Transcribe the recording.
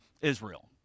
Israel